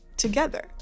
together